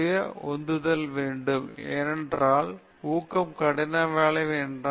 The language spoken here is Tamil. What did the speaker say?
நீங்கள் சுய உந்துதல் வேண்டும் ஏனெனில் ஊக்கம் கடின வேலை நன்றாக இருக்கிறது